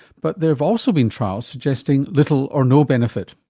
but there have also been trials suggesting little or no benefit.